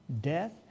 death